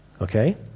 Okay